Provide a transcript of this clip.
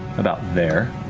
about there.